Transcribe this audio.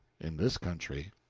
in this country.